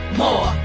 more